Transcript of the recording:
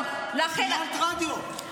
אבל ניהלת רדיו.